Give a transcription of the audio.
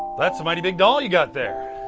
that's a mighty big doll you got there.